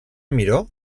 miró